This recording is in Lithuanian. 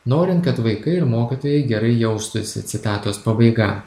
norint kad vaikai ir mokytojai gerai jaustųsi citatos pabaiga